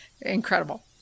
incredible